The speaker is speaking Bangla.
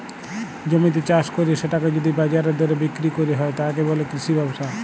জমিতে চাস কইরে সেটাকে যদি বাজারের দরে বিক্রি কইর হয়, তাকে বলে কৃষি ব্যবসা